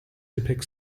depict